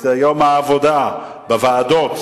יום העבודה בוועדות,